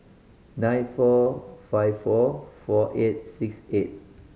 nine four five four four eight six eight